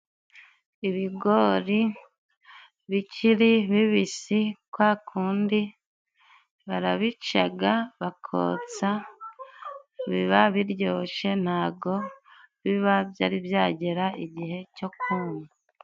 Ibigori bikiri bibisi kwa kundi, barabicaga, bakotsa, biba biryoshe, nta go biba byari byagera igihe cyo kuma.